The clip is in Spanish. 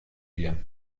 bien